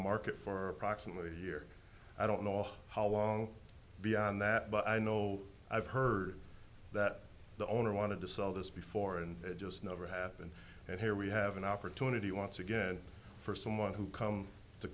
market for proximately year i don't know all how long beyond that but i know i've heard that the owner wanted to sell this before and it just never happened and here we have an opportunity once again for someone who come to